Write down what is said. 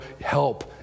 help